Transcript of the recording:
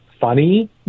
funny